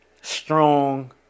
strong